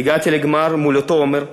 הגעתי לגמר מול אותו עומר,